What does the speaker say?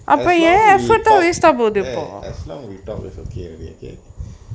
as long we talk eh as long we talk it's okay okay okay